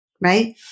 right